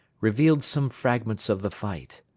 revealed some fragments of the fight.